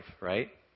right